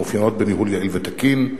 המאופיינות בניהול יעיל ותקין,